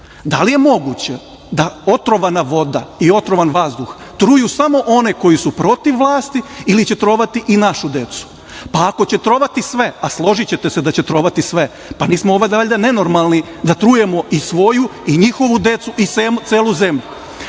Da li je moguće da otrovana voda i otrovan vazduh truju samo one koji su protiv vlasti ili će trovati i našu decu? Ako će trovati sve, a složićete se da će trovati sve, pa nismo valjda nenormalni da trujemo i svoju i njihovu decu i celu zemlju?